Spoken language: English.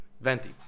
venti